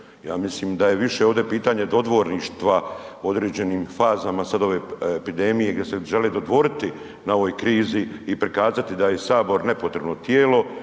Ja mislim da je ovdje više pitanje dodvorništva u određenim fazama sad ove epidemije gdje se žele dodvoriti na ovoj krizi i prikazati da je Sabor nepotrebno tijelo,